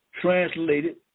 translated